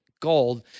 gold